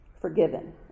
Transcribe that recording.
forgiven